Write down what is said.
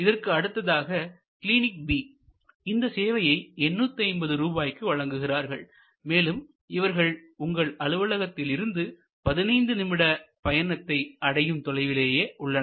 இதற்கு அடுத்ததாக clinic B இந்த சேவையை 850 ரூபாய்க்கு வழங்குகின்றனர் மேலும் இவர்கள் உங்களின் அலுவலகத்திலிருந்து 15 நிமிட பயணத்தில் அடையும் தொலைவிலேயே உள்ளன